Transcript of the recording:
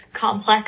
complex